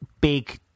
big